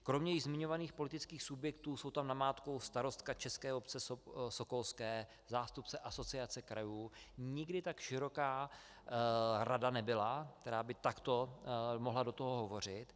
Kromě již zmiňovaných politických subjektů jsou tam namátkou starostka České obce sokolské, zástupce Asociace krajů, nikdy tak široká rada nebyla, která by takto mohla do toho hovořit.